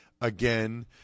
again